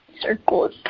circles